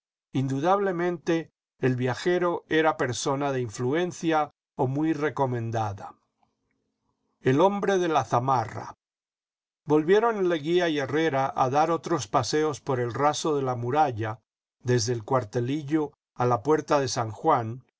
indudablemente el viajero era persona de influencia o muy recomendada el hombre de la zamarra volvieron leguía y herrera a dar otros paseos por el raso de la muralla desde el cuartelillo a la puerta de san juan